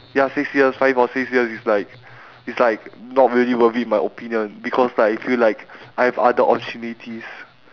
ya six years five or six years it's like it's like not really worth it in my opinion because like I feel like I've other opportunities